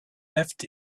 left